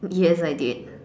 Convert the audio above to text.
yes I did